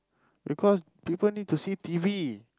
because people need to see T_V